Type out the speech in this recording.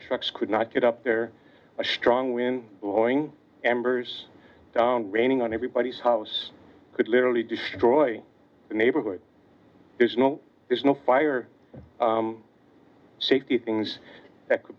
trucks could not get up there a strong wind blowing embers raining on everybody's house could literally destroy the neighborhood there's no there's no fire safety things that could